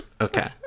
Okay